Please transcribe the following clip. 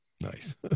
Nice